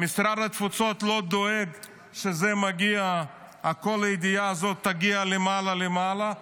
משרד התפוצות לא דואג שכל הידיעה הזאת תגיע למעלה למעלה.